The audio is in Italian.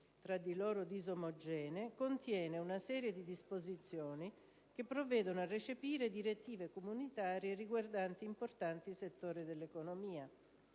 tra di loro disomogenee - contiene una serie di disposizioni che provvedono a recepire direttive comunitarie riguardanti importanti settori dell'economia.